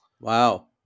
wow